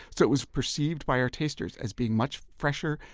so it was perceived by our tasters as being much fresher,